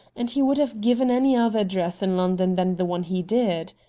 and he would have given any other address in london than the one he did.